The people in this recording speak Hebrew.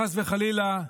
חס וחלילה,